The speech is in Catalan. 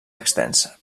extensa